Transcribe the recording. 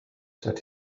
that